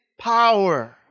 power